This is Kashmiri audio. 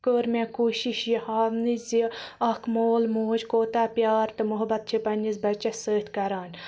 کٔر مےٚ کوٗشِش یہِ ہاونٕچ زِ اکھ مول موج کوتاہ پیار تہٕ محبت چھُ پَنہٕ نِس بَچس سۭتۍ کران